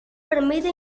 permite